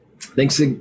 Thanks